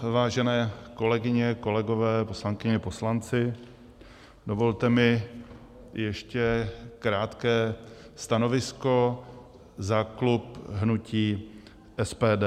Vážené kolegyně, kolegové, poslankyně, poslanci, dovolte mi ještě krátké stanovisko za klub hnutí SPD.